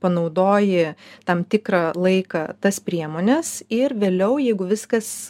panaudoji tam tikrą laiką tas priemones ir vėliau jeigu viskas